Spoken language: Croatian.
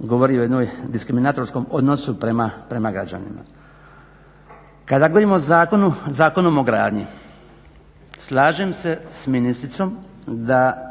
govori o jednom diskriminatorskom odnosu prema građanima. Kada govorimo o zakonu, Zakonu o gradnji slažem se sa ministricom da